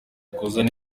kuzana